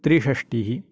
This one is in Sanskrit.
त्रिषष्टिः